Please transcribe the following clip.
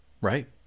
Right